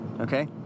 Okay